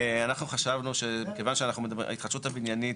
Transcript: אנחנו חשבנו שמכיוון שההתחדשות הבניינית,